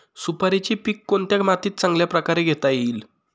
सुपारीचे पीक कोणत्या मातीत चांगल्या प्रकारे घेता येईल?